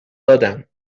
دادم